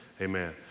amen